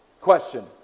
Question